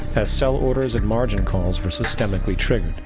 as sell orders and margin calls were systemicly triggered.